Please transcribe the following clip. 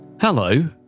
Hello